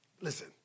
listen